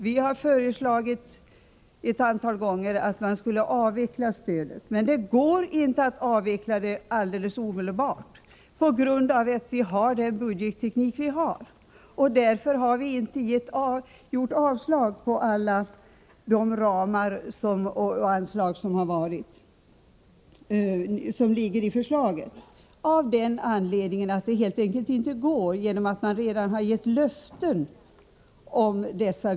Vi har ett antal gånger föreslagit att stödet skall avvecklas, men det går på grund av vår budgetteknik inte att avveckla det omedelbart. Därför har vi inte motsatt oss alla anslag. Det går helt enkelt inte, eftersom det redan har getts löften om bidrag.